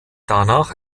danach